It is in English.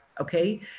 Okay